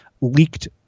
leaked